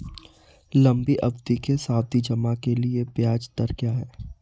लंबी अवधि के सावधि जमा के लिए ब्याज दर क्या है?